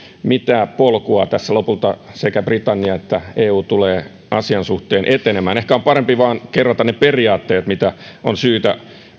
mitä polkua tässä lopulta sekä britannia että eu tulevat asian suhteen etenemään ehkä on parempi vain kerrata ne periaatteet mitkä on syytä